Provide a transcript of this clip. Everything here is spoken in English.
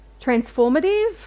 transformative